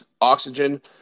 oxygen